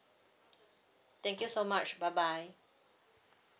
thank you so much bye bye